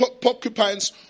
porcupines